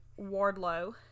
Wardlow